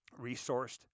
resourced